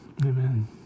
Amen